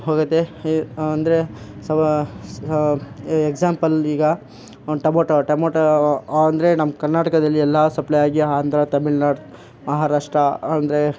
ಹೋಗುತ್ತೆ ಅಂದರೆ so example ಈಗ ಒಂದು ಟೊಮೊಟೋ ಟೊಮೊಟೋ ಅಂದರೆ ನಮ್ಮ ಕರ್ನಾಟಕದಲ್ಲಿ ಎಲ್ಲ ಸಪ್ಲೈ ಆಗಿ ಆಂಧ್ರ ತಮಿಳುನಾಡು ಮಹಾರಾಷ್ಟ್ರ ಅಂದರೆ